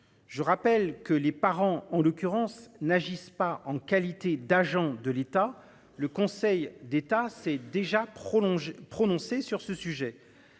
Je rappelle que les parents en l'occurrence n'agissent pas en qualité d'agent de l'État, le Conseil d'État s'est déjà prolongé prononcé sur ce sujet.